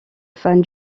fans